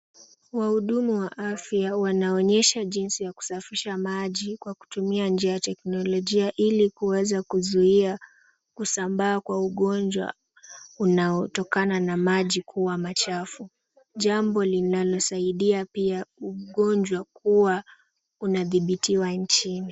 Wahudumu wa afya wanaonyesha jinsi ya kusafisha maji kwa kutumia njia ya teknolojia, ili kuweza kuzuia kusambaa kwa ugonjwa unaotokana na maji kuwa machafu. Jambo linalosaidia pia ugonjwa kuwa unadhibitiwa nchini.